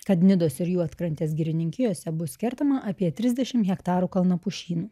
kad nidos ir juodkrantės girininkijose bus kertama apie trisdešimt hektarų kalnapušynų